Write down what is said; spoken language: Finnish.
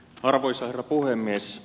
arvoisa herra puhemies